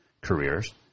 careers